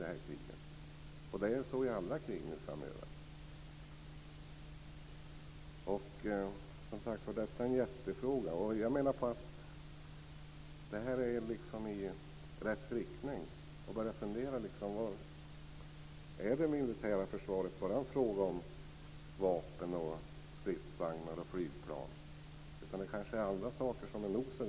Det kommer att vara så i alla krig framöver. Det är en jättefråga. Jag menar att detta är rätt riktning att börja fundera i. Är det militära försvaret bara en fråga om vapen, stridsvagnar och flygplan? Andra saker är kanske nog så viktiga.